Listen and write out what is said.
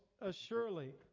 assuredly